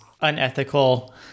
unethical